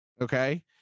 okay